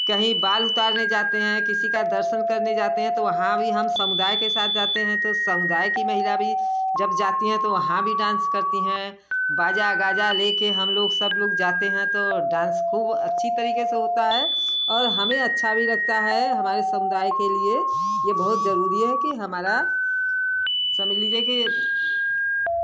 कहीं बाल उतारने जाते हैं किसी का दर्शन करने जाते हैं तो वहाँ भी हम समुदाय के साथ जाते हैं तो समुदाय की महिला भी जब जाती हैं तो वहाँ भी डांस करती हैं बाजा गाजा लेकर हम लोग सब लोग जाते हैं तो डांस खूब अच्छी तरीके से होता है और हमें अच्छा भी लगाता है हमारे समुदाय के लिए यह बहुत ज़रूरी है कि हमारा समझ लीजिए कि